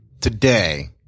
Today